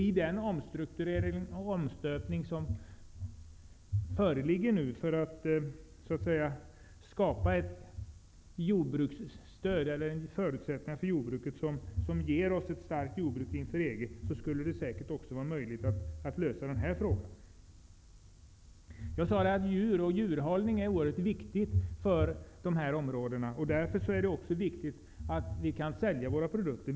I den omstrukturering och omstöpning som nu sker för att det skall skapas förutsättningar för ett starkt jordbruk inför ett EG-medlemskap skulle det säkert också vara möjligt att lösa även denna fråga. Jag sade att djur och djurhållning är oerhört viktigt för dessa områden. Därför är det också viktigt att vi kan sälja våra produkter.